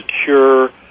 secure